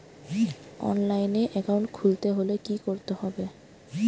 অনলাইনে একাউন্ট খুলতে হলে কি করতে হবে?